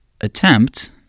attempt